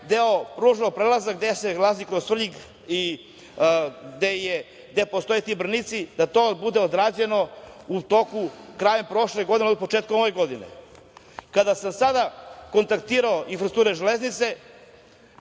deo pružnog prelaza gde se prolazi kroz Svrljig i gde postoje ti branici da to bude odrađeno krajem prošle godine, početkom ove godine. Kada sam sada kontaktirao „Infrastrukturu železnice“